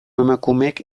emakumeek